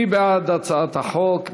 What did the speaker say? מי בעד הצעת החוק?